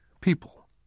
people